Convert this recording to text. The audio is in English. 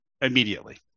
immediately